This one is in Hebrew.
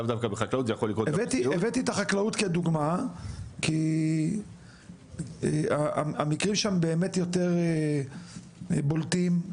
נתתי את החקלאות כדוגמא כי המקרים שם באמת יותר בולטים.